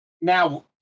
Now